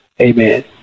Amen